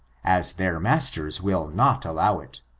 as their masters will not allow it.